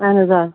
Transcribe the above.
اَہَن حظ آ